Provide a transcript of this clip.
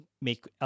make